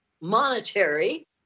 monetary